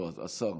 השר